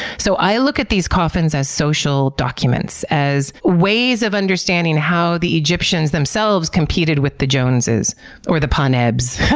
so, i look at these coffins as social documents as ways of understanding how the egyptians themselves competed with the joneses or the panebs,